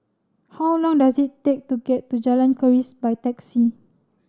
how long does it take to get to Jalan Keris by taxi